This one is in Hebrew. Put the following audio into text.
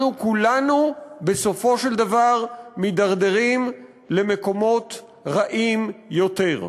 אנחנו כולנו בסופו של דבר מידרדרים למקומות רעים יותר.